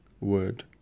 word